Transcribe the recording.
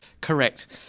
Correct